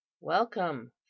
welcome